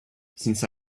since